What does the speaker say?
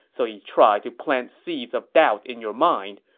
so he tried to plant seeds of doubt in your mind,